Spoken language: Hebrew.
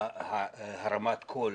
להרמת קול